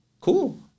Cool